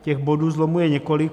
Těch bodů zlomu je několik.